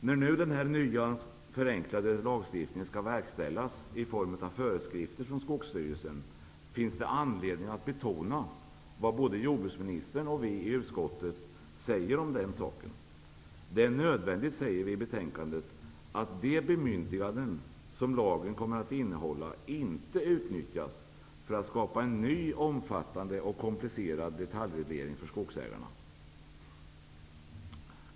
När nu den nya förenklade lagstiftningen skall verkställas i form av föreskrifter från Skogsstyrelsen finns det anledning att betona vad både jordbruksministern och vi i utskottet säger om den saken. Vi säger i betänkandet att det är nödvändigt att de bemyndiganden som lagen kommer att innehålla inte utnyttjas för att skapa en ny omfattande och komplicerad detaljreglering för skogsägarna.